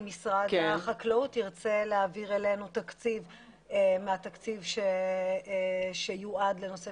אם משרד החקלאות ירצה להעביר אלינו תקציב מהתקציב שיועד לנושא